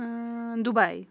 Dubai